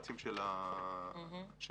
אני